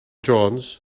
jones